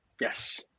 Yes